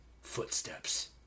footsteps